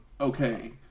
okay